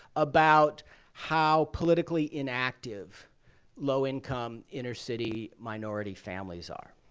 about how politically inactive low-income inner city minority families are.